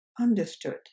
understood